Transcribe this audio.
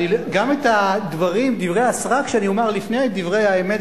גם את דברי הסרק שאני אומר לפני דברי האמת,